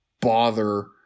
bother